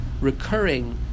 recurring